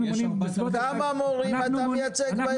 כמה מורים אתה מייצג בארגון?